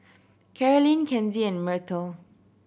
Carolyn Kenzie and Myrtle